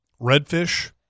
redfish